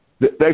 Thanks